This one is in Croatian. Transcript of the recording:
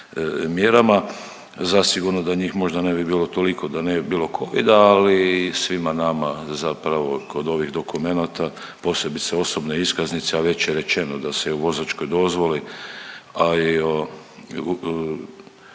mjerama. Zasigurno da njih možda ne bi bilo toliko da nije bilo covida, ali i svima nama zapravo kod ovih dokumenata, posebice osobne iskaznice, a već je rečeno da se u vozačkoj dozvoli, a i o